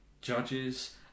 judges